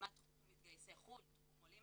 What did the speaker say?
הקמת תחום מתגייסי חו"ל,